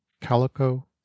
calico